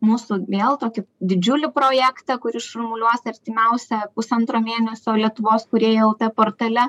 mūsų vėl tokį didžiulį projektą kuris šurmuliuos artimiausią pusantro mėnesio lietuvos kūrėjų lt portale